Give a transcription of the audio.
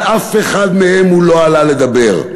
על אף אחת הוא לא עלה לדבר,